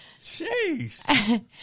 jeez